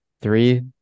Three